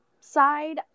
side